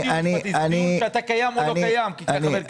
זה דיון אם אתה קיים או לא קיים כי צריך לקבל תקציב.